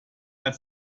als